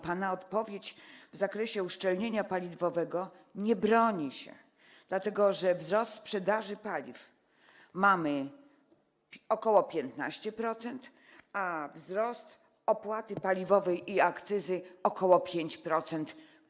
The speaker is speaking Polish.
Pana odpowiedź w zakresie uszczelnienia paliwowego się nie broni, dlatego że wzrost sprzedaży paliw wynosi ok. 15%, a wzrost opłaty paliwowej i akcyzy to dynamika ok. 5%.